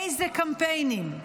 איזה קמפיינים,